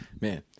man